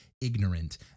ignorant